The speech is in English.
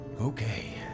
Okay